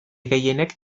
gehienek